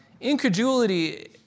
Incredulity